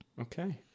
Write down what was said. Okay